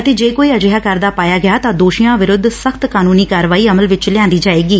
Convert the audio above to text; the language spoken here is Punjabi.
ਅਤੇ ਜੇ ਕੋਈ ਅਜਿਹਾ ਕਰਦਾ ਪਾਇਆ ਗਿਆ ਤਾਂ ਦੋਸ਼ੀਆਂ ਵਿਰੁੱਧ ਸਖਤ ਕਾਨੂੰਨੀ ਕਾਰਵਾਈ ਅਮਲ ਵਿੱਚ ਲਿਆਂਦੀ ਜਾਵੇਗੀ